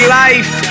life